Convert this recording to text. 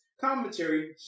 commentary